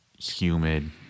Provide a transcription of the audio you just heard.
humid